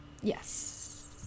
yes